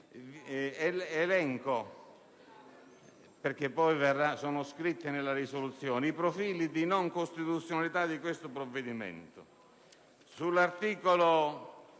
i profili di non costituzionalità del provvedimento